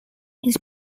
his